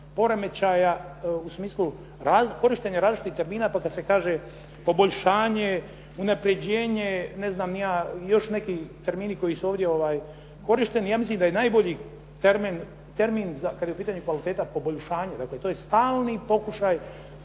u smislu korištenja različitih termina pa kada se kaže poboljšanje, unaprjeđenje, ne znam ja, još neki termini koji su ovdje korišteni, ja mislim da je najbolji termin kada je u pitanju kvaliteta, dakle, to je stalni pokušaj,